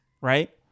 right